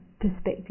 perspective